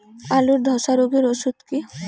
আলুর ধসা রোগের ওষুধ কি?